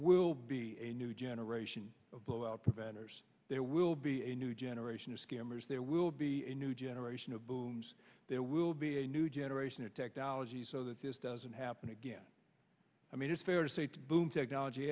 will be a new generation of blowout preventers there will be a new generation of skimmers there will be a new generation of booms there will be a new generation of technology so that this doesn't happen again i mean it's fair to say boom technology